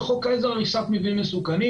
בחוק העזר הריסת מבנים מסוכנים,